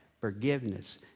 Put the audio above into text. forgiveness